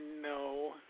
no